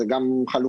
זאת גם חלופה.